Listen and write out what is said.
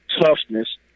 toughness